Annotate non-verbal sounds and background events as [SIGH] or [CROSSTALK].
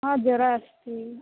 ಹಾಂ ಜ್ವರ [UNINTELLIGIBLE]